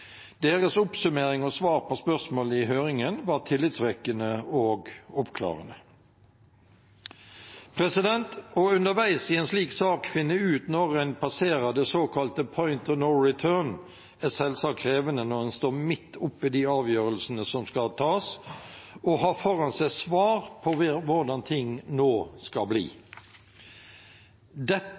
Deres oppsummering og svar på spørsmål i høringen var tillitvekkende og oppklarende. Underveis i en slik sak å finne ut når en passerer det såkalte «point of no return», er selvsagt krevende når en står midt oppe i de avgjørelsene som skal tas, og har foran seg svar på hvordan ting nå skal bli. Dette, sammen med det faktum at det